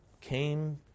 came